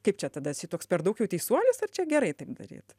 kaip čia tada čia toks per daug jau teisuolis ar čia gerai taip daryt